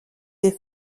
des